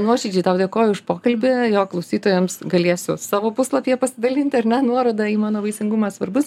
nuoširdžiai tau dėkoju už pokalbį jo klausytojams galėsiu savo puslapyje pasidalinti ar ne nuoroda į mano vaisingumas svarbus